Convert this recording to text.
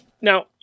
Now